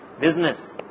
business